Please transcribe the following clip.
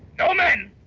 no men.